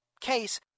case